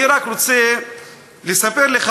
אני רק רוצה לספר לך,